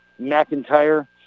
McIntyre